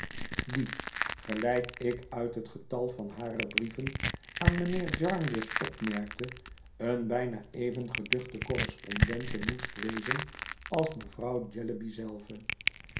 die gelijk ik uit het getal van hare brieven aan mijnheer jarndyce opmerkte eene bijna even geduchte correspondente moest wezen als mevrouw jellyby zelve